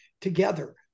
together